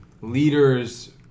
leaders